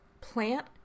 plant